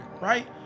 Right